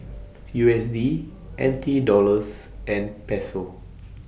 U S D N T Dollars and Peso